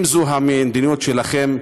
אם זו המדיניות שלכם,